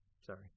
Sorry